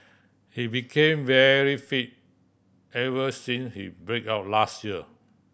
he became very fit ever since his break up last year